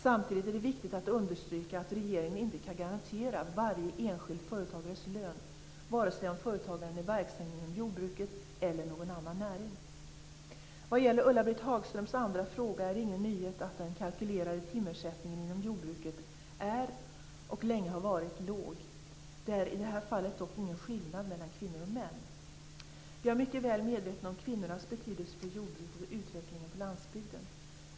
Samtidigt är det viktigt att understryka att regeringen inte kan garantera varje enskild företagares lön, vare sig om företagaren är verksam inom jordbruket eller någon annan näring. Vad gäller Ulla-Britt Hagströms andra fråga är det ingen nyhet att den kalkylerade timersättningen inom jordbruket är och länge har varit låg. Det är i det här fallet dock ingen skillnad mellan kvinnor och män. Jag är mycket väl medveten om kvinnornas betydelse för jordbruket och utvecklingen på landsbygden.